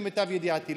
למיטב ידיעתי.